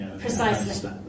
precisely